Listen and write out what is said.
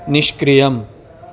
निष्क्रियम्